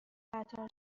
قطار